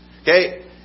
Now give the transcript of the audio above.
okay